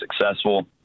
successful